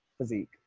physique